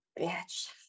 Bitch